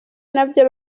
nabyo